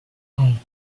home